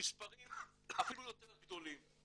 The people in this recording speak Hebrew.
במספרים אפילו יותר גדולים.